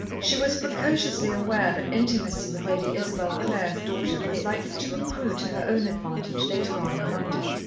she was precociously aware that intimacy with lady isabel clare's daughter was likely to accrue to her own advantage later on in london.